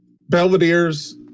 Belvedere's